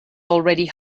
already